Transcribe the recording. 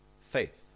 faith